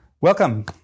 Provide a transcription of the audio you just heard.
Welcome